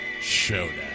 showdown